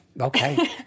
Okay